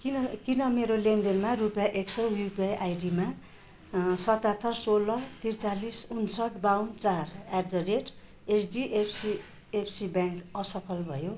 किन किन मेरो लेनदेनमा रुपियाँ एक सय युपिआई आइडिमा सताहत्तर सोह्र त्रिचालिस उन्सट्ठी बाउन्न चार at the rate HDFC FC bank असफल भयो